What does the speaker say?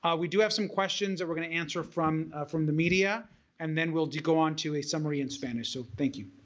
we do have some questions that we're going to answer from from the media and then we'll go on to a summary in spanish. so thank you.